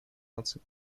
наций